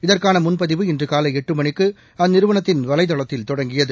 இதற்கான முன்பதிவு இன்று காலை எட்டு மணிக்கு அந்நிறுவனத்தின் வலைதளத்தில் தொடங்கியது